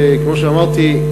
כמו שאמרתי,